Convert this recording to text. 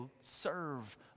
serve